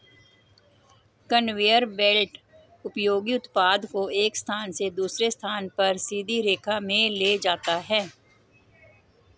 conveyor belt उपयोगी उत्पाद को एक स्थान से दूसरे स्थान पर सीधी रेखा में ले जाता है